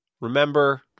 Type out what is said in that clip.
Remember